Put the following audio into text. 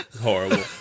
horrible